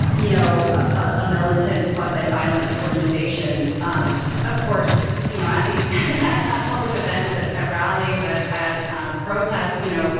you know, a a militant, quasi-violent organization. um of course, you know, at these at ah public events, at at rallies, at at um protests, you know,